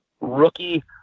rookie